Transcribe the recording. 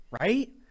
right